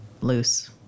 loose